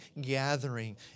gathering